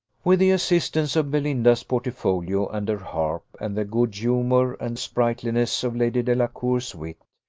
with the assistance of belinda's portfolio and her harp, and the good-humour and sprightliness of lady delacour's wit,